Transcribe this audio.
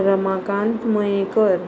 Ramakant Mayekar